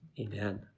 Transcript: Amen